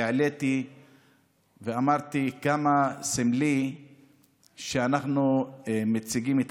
ואמרתי כמה סמלי שאנחנו מציגים את